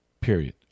period